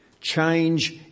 Change